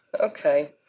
Okay